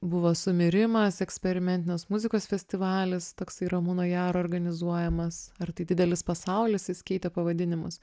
buvo sumirimas eksperimentinės muzikos festivalis toksai ramūno jaro organizuojamas ar tai didelis pasaulis jis keitė pavadinimus